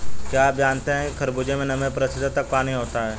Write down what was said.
क्या आप जानते हैं कि खरबूजे में नब्बे प्रतिशत तक पानी होता है